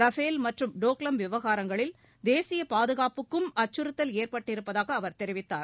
Rafale மற்றும் டோக்லாம் விவகாரங்களால் தேசிய பாதுகாப்புக்கும் அச்சுறுத்தல் ஏற்பட்டுருப்பதாக அவர் தெரிவித்தார்